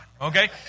okay